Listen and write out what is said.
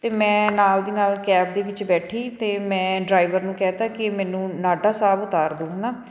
ਅਤੇ ਮੈਂ ਨਾਲ ਦੀ ਨਾਲ ਕੈਬ ਦੇ ਵਿੱਚ ਬੈਠੀ ਅਤੇ ਮੈਂ ਡਰਾਈਵਰ ਨੂੰ ਕਹਿ ਤਾ ਕਿ ਮੈਨੂੰ ਨਾਢਾ ਸਾਹਿਬ ਉਤਾਰ ਦਿਉ ਹੈ ਨਾ